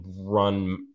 run